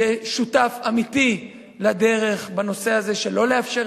יהיה שותף אמיתי לדרך בנושא הזה של לא לאפשר